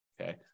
Okay